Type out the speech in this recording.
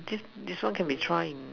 just this one can be try in